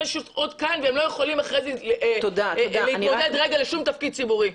אות קין והם לא יכולים אחרי זה להתמודד לשום תפקיד ציבורי.